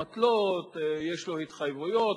80% מהתוצרת של המפעל היא ליצוא, המפעל מצליח,